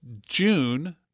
June